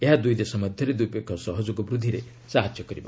ଏହା ଦୁଇଦେଶ ମଧ୍ୟରେ ଦ୍ୱିପକ୍ଷୀୟ ସହଯୋଗ ବୃଦ୍ଧିରେ ସାହାଯ୍ୟ କରିବ